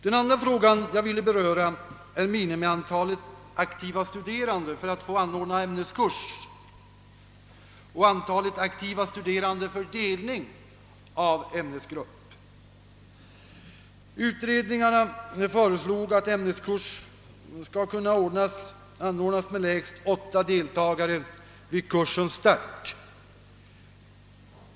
Den andra fråga jag ville beröra är minimiantalet aktiva studerande för att få anordna ämneskurs och antalet aktiva studerande för delning av ämnesgrupp. Utredningarna föreslår att ämneskurs skall kunna anordnas med lägst åtta deltagare vid kursens start.